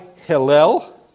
Hillel